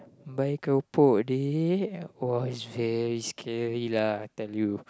buy keropok dik !wah! it's very scary lah I tell you